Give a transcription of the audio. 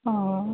ಓಹ್